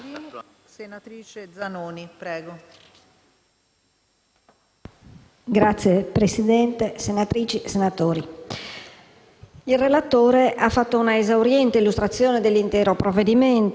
il relatore ha fatto un'esauriente illustrazione dell'intero provvedimento e molti degli interventi che mi hanno preceduto hanno affrontato tantissimi temi. Voglio soffermarmi ad approfondire